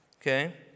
okay